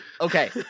okay